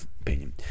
opinion